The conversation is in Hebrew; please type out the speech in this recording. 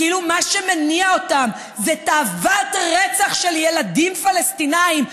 כאילו מה שמניע אותם זה תאוות רצח של ילדים פלסטינים,